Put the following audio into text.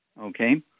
okay